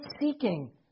seeking